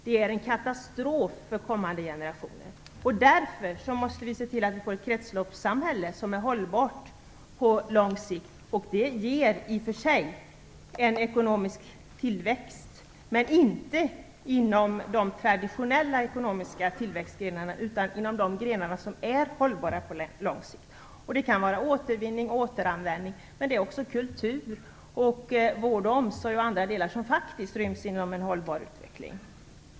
Det är i stället en katastrof för kommande generationer. Därför måste vi se till att vi får ett kretsloppssamhälle som är hållbart på lång sikt. Detta ger i och för sig ekonomisk tillväxt, men inte inom de traditionella ekonomiska tillväxtgrenarna utan inom de grenar som är hållbara på lång sikt. Det kan vara återvinning och återanvändning men också kultur, vård och omsorg samt andra delar som faktiskt ryms inom hållbar utveckling.